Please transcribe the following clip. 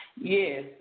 Yes